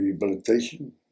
rehabilitation